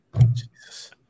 Jesus